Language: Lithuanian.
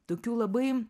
tokių labai